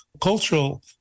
cultural